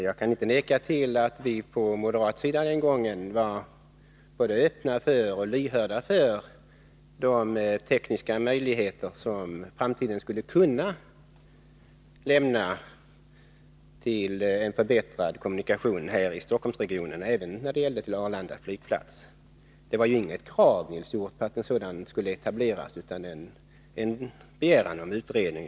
Jag kan inte neka till att vi från moderat håll den gången var öppna och lyhörda för de tekniska möjligheter till en förbättrad kommunikation i Stockholmsregionen, även när det gällde Arlanda flygplats, som i framtiden skulle kunna yppa sig. Men vi krävde inte, Nils Hjorth, att trafik med svävare skulle etableras, utan vi begärde bara en utredning.